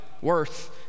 worth